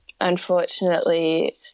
unfortunately